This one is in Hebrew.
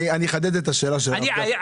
אני אחדד את השאלה של הרב גפני.